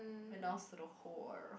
announce to the whole world